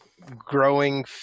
growing